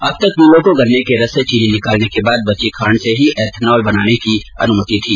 अब तक मिलों को गन्ने के रस से चीनी निकालने के बाद बची खांड से ही एथॅनाल बनाने की अनुमति थी